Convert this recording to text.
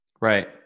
Right